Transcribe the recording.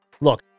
Look